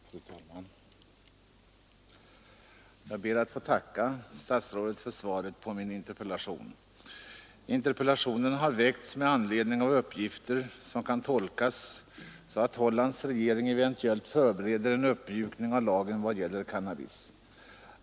Fru talman! Jag ber att få tacka statsrådet för svaret på min interpellation. Interpellationen har väckts med anledning av uppgifter som kan tolkas så att Hollands regering eventuellt förbereder en uppmjukning av lagen vad gäller cannabis.